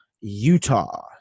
Utah